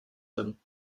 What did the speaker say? them